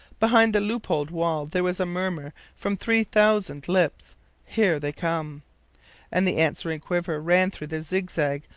behind the loopholed wall there was a murmur from three thousand lips here they come and the answering quiver ran through the zigzag,